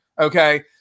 Okay